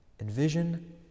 envision